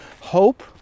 Hope